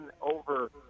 over